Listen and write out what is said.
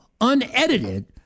unedited